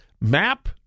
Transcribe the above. map